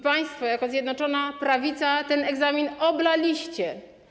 Państwo jako Zjednoczona Prawica ten egzamin oblaliście.